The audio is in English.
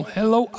Hello